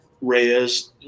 Reyes